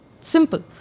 Simple